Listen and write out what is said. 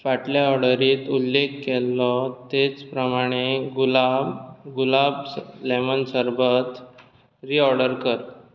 फाटल्या ऑर्डरींत उल्लेख केल्लो तेच प्रमाणी गुलाब्ज गुलाब्स लेमन सरबत रिऑर्डर कर